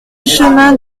chemin